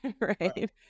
Right